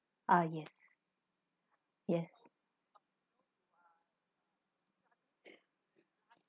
ah yes yes